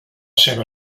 seva